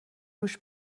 رووش